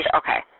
okay